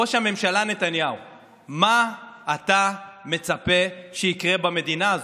ראש הממשלה נתניהו: מה אתה מצפה שיקרה במדינה הזאת?